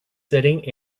sitting